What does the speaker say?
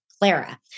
Clara